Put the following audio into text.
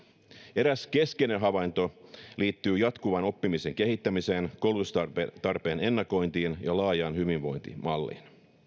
eräs keskeinen havainto liittyy jatkuvan oppimisen kehittämiseen koulutustarpeen ennakointiin ja laajaan hyvinvointimalliin